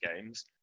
games